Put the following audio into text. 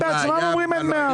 הם בעצמם אומרים שאין מאה אחוז.